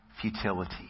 futility